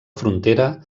frontera